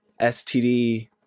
std